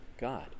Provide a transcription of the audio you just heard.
God